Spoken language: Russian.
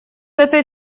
этой